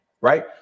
right